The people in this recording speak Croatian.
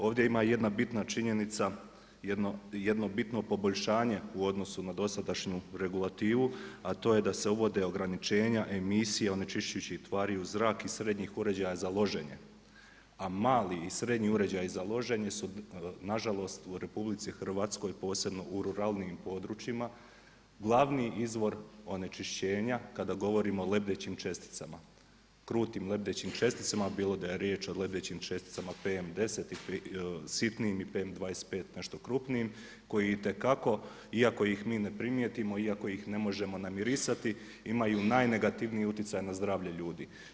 Ovdje ima jedna bitna činjenica, jedno bitno poboljšanje u odnosu na dosadašnju regulativu, a to je da se uvode ograničenja emisija onečišćujućih tvari u zrak i srednjih uređaja za loženje, a mali i srednji uređaji za loženje su nažalost u RH, posebno u ruralnim područjima glavni izvor onečišćenja kada govorimo o lebdećim česticama, krutim lebdećim česticama, bilo da je riječ o letećim česticama PM 10 sitnim i PM 25 nešto krupnijim koji itekako iako ih mi ne primijetimo, iako ih ne možemo namirisati imaju najnegativniji utjecaj na zdravlje ljudi.